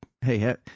hey